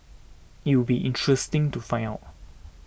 it would be interesting to find out